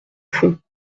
fond